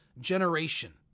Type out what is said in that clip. generation